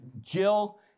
Jill